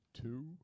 Two